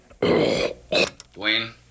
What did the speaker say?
Dwayne